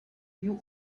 you